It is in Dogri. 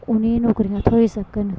उ'नेंई नौकरियां थ्होई सकन